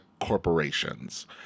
corporations